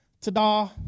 ta-da